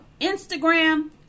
Instagram